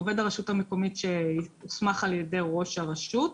עובד הרשות המקומית שהוסמך על ידי ראש הרשות,